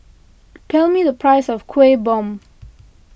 tell me the price of Kuih Bom